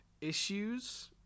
issues